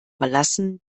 verlassen